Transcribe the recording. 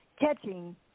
catching